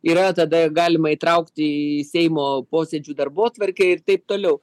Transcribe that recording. yra tada galima įtraukti į seimo posėdžių darbotvarkę ir taip toliau